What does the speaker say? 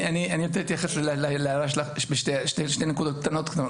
רוצה להתייחס להערה שלך בשתי נקודות קטנות.